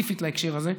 ספציפית להקשר הזה.